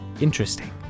interesting